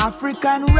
African